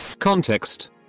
Context